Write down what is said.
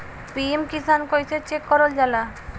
PM Kisan कइसे check करल जाला?